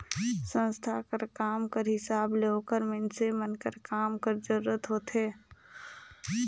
संस्था कर काम कर हिसाब ले ओकर मइनसे मन कर काम कर जरूरत होथे